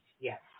Yes